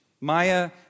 Maya